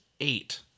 eight